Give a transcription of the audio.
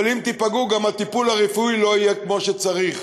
אבל אם תיפגעו גם הטיפול הרפואי לא יהיה כמו שצריך,